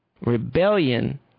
Rebellion